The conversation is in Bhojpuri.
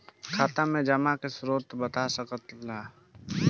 खाता में जमा के स्रोत बता सकी ला का?